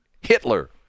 Hitler